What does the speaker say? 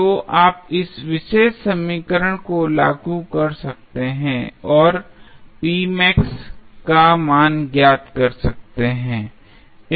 तो आप इस विशेष समीकरण को लागू करते हैं और p max का मान ज्ञात करते हैं